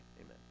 Amen